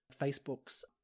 Facebook's